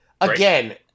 Again